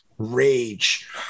rage